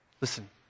Listen